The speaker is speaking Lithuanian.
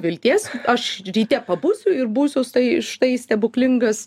vilties aš ryte pabūsiu ir būsiu stai štai stebuklingas